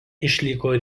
išliko